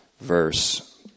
verse